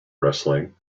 wrestling